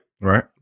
Right